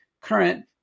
current